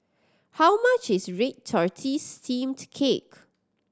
how much is red tortoise steamed cake